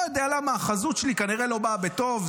לא יודע למה, החזות שלי כנראה לא באה בטוב.